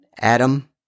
Adam